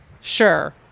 Sure